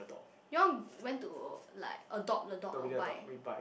you all went to like adopt the dog or buy